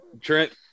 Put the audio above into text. Trent